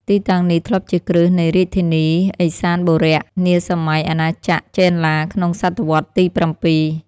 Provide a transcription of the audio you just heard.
ទីតាំងនេះធ្លាប់ជាគ្រឹះនៃរាជធានី "ឦសានបុរៈ" នាសម័យអាណាចក្រចេនឡា ក្នុងសតវត្សរ៍ទី៧។